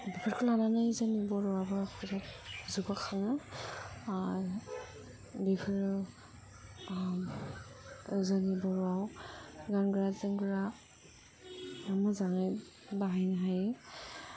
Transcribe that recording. बेफोरखौ लानानै जोंनि बर'आबो जौगाखाङो बेफोरो ओम जोंनि बर'आव गानग्रा जोमग्रा मोजाङै बाहायनो हायो